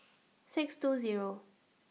six two Zero